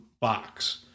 box